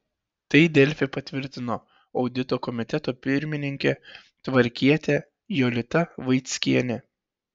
tai delfi patvirtino audito komiteto pirmininkė tvarkietė jolita vaickienė